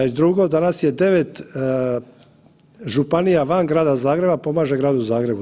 Drugo, danas je 9 županija van grada Zagreba pomaže gradu Zagrebu.